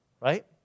right